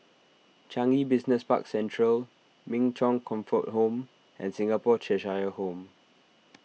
Changi Business Park Central Min Chong Comfort Home and Singapore Cheshire Home